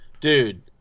Dude